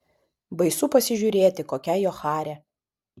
baisu pasižiūrėti kokia jo charė